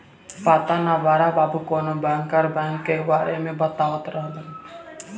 पाता ना बड़ा बाबु कवनो बैंकर बैंक के बारे में बतावत रहलन